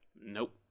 Nope